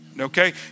Okay